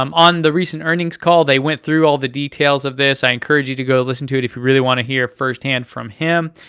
um on the recent earnings call, they went through all the detail of this. i encourage you to go listen to it if you really want to hear first hand from him.